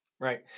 right